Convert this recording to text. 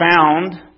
found